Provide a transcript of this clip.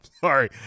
sorry